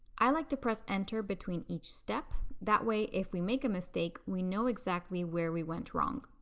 i like to press enter between each step. that way, if we make a mistake, we know exactly where we went wrong.